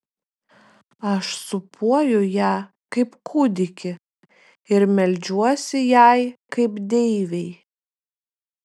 aš sūpuoju ją kaip kūdikį ir meldžiuosi jai kaip deivei